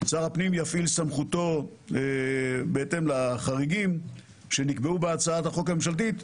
שר הפנים יפעיל סמכותו בהתאם לחריגים שנקבעו בהצעת החוק הממשלתית,